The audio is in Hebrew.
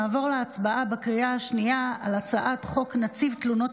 נעבור להצבעה בקריאה שנייה על הצעת חוק נציב תלונות